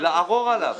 לערור עליו.